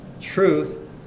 truth